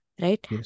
Right